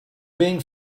being